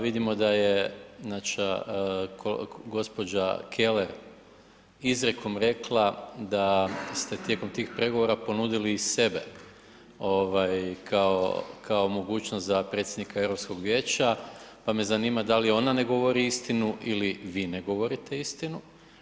Vidimo da je naša gospođa Keller izrijekom rekla da ste tijekom tih pregovora ponudili i sebe kao mogućnost za predsjednika Europskog vijeća, pa me zanima da li ona ne govori istinu ili vi ne govorite istinu?